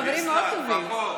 אנחנו חברים מאוד טובים.